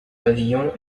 pavillon